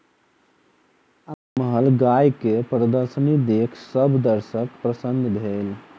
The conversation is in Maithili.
अमृतमहल गाय के प्रदर्शनी देख सभ दर्शक प्रसन्न भेल